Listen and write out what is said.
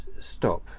stop